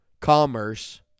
commerce